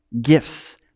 gifts